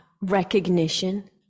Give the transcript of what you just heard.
recognition